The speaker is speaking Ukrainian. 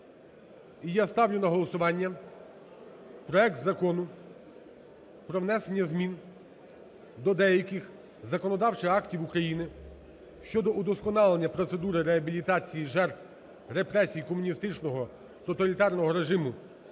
я ставлю на голосування проект Закону про внесення змін до деяких законодавчих актів України щодо удосконалення процедури реабілітації жертв репресій комуністичного тоталітарного режиму